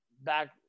back